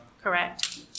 Correct